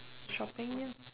shopping ya